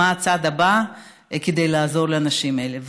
מה הצעד הבא כדי לעזור לאנשים האלה.